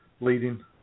leading